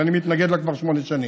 ואני מתנגד לה כבר שמונה שנים.